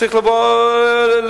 צריך לבוא לראות.